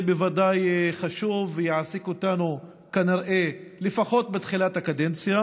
בוודאי נושא חשוב שיעסיק אותנו כנראה לפחות בתחילת הקדנציה,